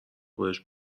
بهش